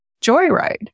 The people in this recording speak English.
Joyride